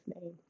name